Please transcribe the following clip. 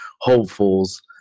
hopefuls